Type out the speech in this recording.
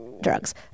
drugs